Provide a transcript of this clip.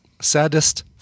Saddest